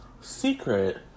secret